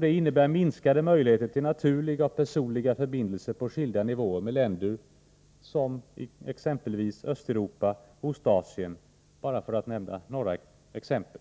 Det innebär minskade möjligheter till naturliga och personliga förbindelser på skilda nivåer med länder i exempelvis östeuropa och ostasien, för att bara nämna ett par exempel.